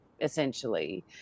essentially